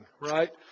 right